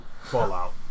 Fallout